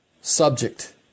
subject